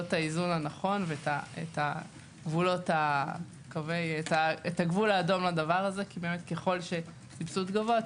את האיזון הנכון ואת הגבול האדום לכך כי ככל שהסבסוד גבוה,